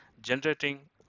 generating